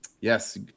Yes